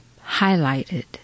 highlighted